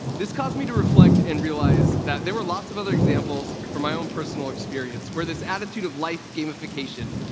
this caused me to reflect and realize that there were lots of other examples from my own personal experience where this attitude of life gamification,